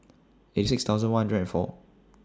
eighty six thousand one hundred and four